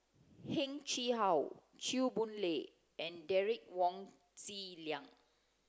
Heng Chee How Chew Boon Lay and Derek Wong Zi Liang